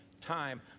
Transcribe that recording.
time